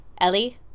Ellie